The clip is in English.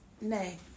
Nay